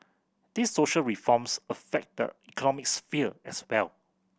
these social reforms affect the economic sphere as well